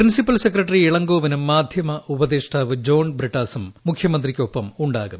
principal secretary ഇളങ്കോവനും മാധ്യമ ഉപദേഷ്ടാവ് ജോൺ ബ്രിട്ടാസും മുഷ്യമിന്തിക്കൊപ്പമുണ്ടാകും